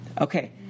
Okay